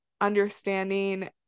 understanding